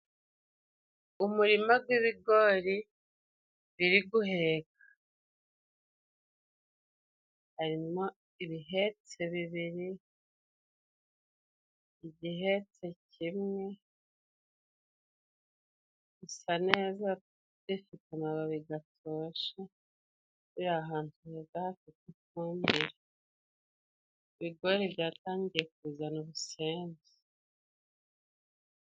umurima gw'ibigori biri guheka. Harimo ibihetse bibiri, ibihetse kimwe, bisa neza bifite amababi gatotoshe, biri ahantu heza hafi te ifumbire. Ibigori byatangiye kuzana ubusenzi.